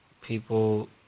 people